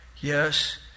Yes